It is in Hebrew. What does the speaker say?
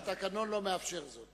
אבל התקנון לא מאפשר זאת.